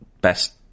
best